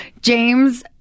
James